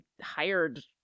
hired